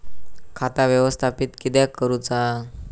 खाता व्यवस्थापित किद्यक करुचा?